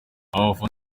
abafana